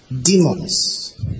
Demons